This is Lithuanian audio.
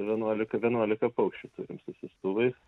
vienuolika vienuolika paukščių turim su siųstuvais